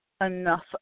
enough